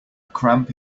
cramp